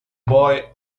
boy